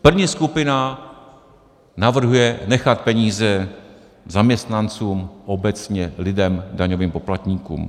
První skupina navrhuje nechat peníze zaměstnancům, obecně lidem, daňovým poplatníkům.